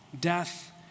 death